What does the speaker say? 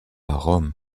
rome